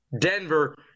Denver